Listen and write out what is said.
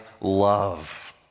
love